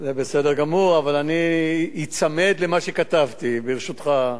זה בסדר גמור, אבל אני אצמד למה שכתבתי, ברשותך.